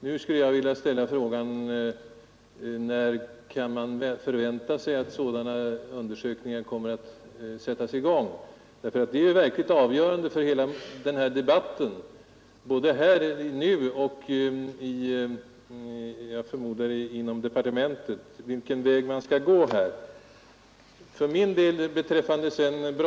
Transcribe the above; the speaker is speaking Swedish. Nu skulle jag vilja ställa frågan: När kan man förvänta sig att sådana undersökningar kommer att sättas i gång? Detta är ju avgörande för hela debatten, både här och jag förmodar inom departementet, och för ställningstagande till frågan vilken väg man skall gå.